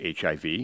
HIV